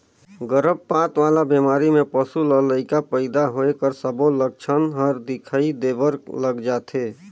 गरभपात वाला बेमारी में पसू ल लइका पइदा होए कर सबो लक्छन हर दिखई देबर लग जाथे